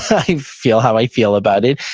i feel how i feel about it.